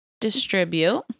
distribute